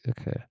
okay